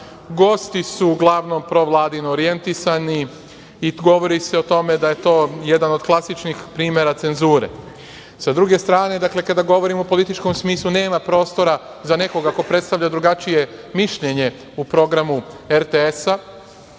Gosti su uglavnom provladino orijentisani i govori se o tome da je to jedan od klasičnih primera cenzure.S druge strane, dakle, kada govorimo o političkom smislu, nema prostora za nekoga ko predstavlja drugačije mišljenje u programu RTS-a,